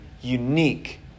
unique